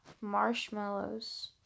Marshmallows